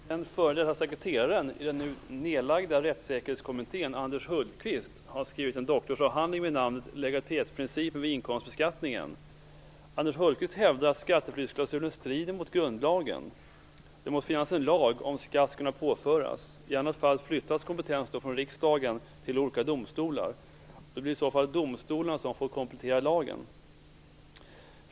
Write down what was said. Fru talman! Den f.d. sekreteraren i den nu nerlagda rättssäkerhetsskommittén Anders Hultqvist har skrivit en doktorsavhandling vid namn Legalitetsprincipen vid inkomstbeskattningen. Anders Hultqvist hävdar att skatteflyktsklausulen strider mot grundlagen. Det måste finnas en lag om skatt skall kunna påföras. I annat fall flyttas kompetens från riksdagen till olika domstolar. Det blir i så fall domstolen som får komplettera lagen.